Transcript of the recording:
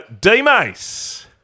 D-Mace